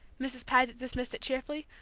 mrs. paget dismissed it cheerfully.